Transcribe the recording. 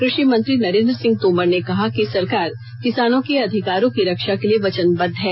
कृषि मंत्री नरेन्द्र सिंह तोमर ने कहा कि सरकार किसानों के अधिकारों की रक्षा के लिए वचनबद्ध है